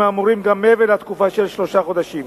האמורים גם מעבר לתקופה של שלושה חודשים.